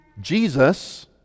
Jesus